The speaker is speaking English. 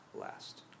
last